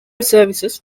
services